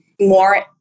more